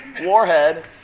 warhead